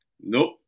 Nope